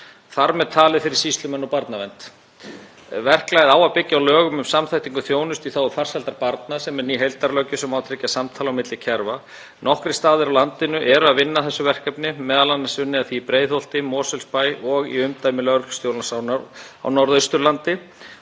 þar með talið fyrir sýslumenn og barnavernd. Verklagið á að byggja á lögum um samþættingu þjónustu í þágu farsældar barna, sem er ný heildarlöggjöf sem á að tryggja samtal á milli kerfa. Nokkrir staðir á landinu eru að vinna að þessu verkefni, m.a. er unnið að því í Breiðholti, í Mosfellsbæ og í umdæmi lögreglustjórans á Norðausturlandi